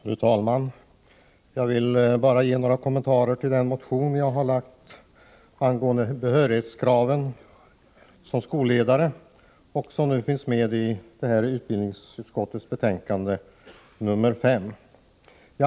Fru talman! Jag vill ge några kommentarer till den motion angående behörighetskraven för innehav av skolledartjänst som jag har väckt och som behandlats i utbildningsutskottets betänkande nr 5.